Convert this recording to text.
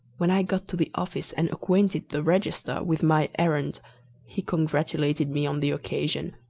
when i got to the office and acquainted the register with my errand he congratulated me on the occasion,